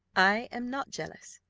i am not jealous,